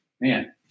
man